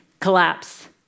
collapse